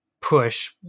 push